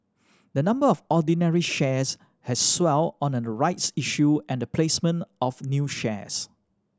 the number of ordinary shares has swelled on a rights issue and the placement of new shares